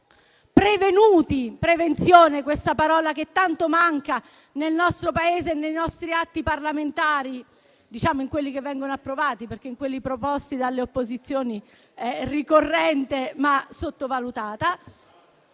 prevenuti. Prevenzione: questa parola tanto manca nel nostro Paese e nei nostri atti parlamentari, e mi riferisco a quelli che vengono approvati, perché in quelli proposti dalle opposizioni è ricorrente, ma sottovalutata.